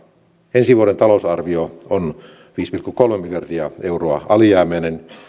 ensi vuoden talousarvio on viisi pilkku kolme miljardia euroa alijäämäinen